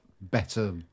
better